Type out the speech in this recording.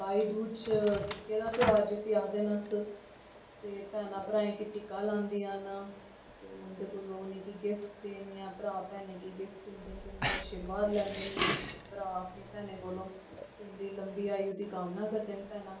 भाईदूज च टिक्के दा त्यौहार जिस्सी अक्खदे न अस ते भैनां भ्राएं गी टिक्का लांदियां न ते उं'दे कोलां गिफ्ट लैंदियां न भ्रा भैनें गी गिफ्ट दिंदे न आर्शिवाद लैंदे न भ्रा अपनी भैनें कोलूं उं'दी लम्बी आयु दी कामना करदे न भैनां